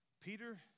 Peter